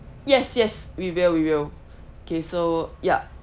yes yes we will we will okay so yup